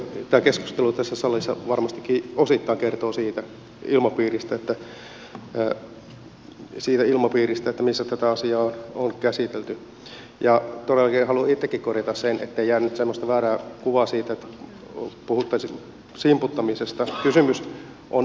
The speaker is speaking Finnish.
tämä keskustelu tässä salissa varmastikin osittain kertoo siitä ilmapiiristä missä tätä asiaa on käsitelty ja todellakin haluan itsekin korjata sen ettei jää nyt semmoista väärää kuvaa siitä että puhuttaisiin simputtamisesta